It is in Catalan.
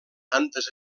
santes